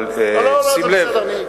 אבל שים לב,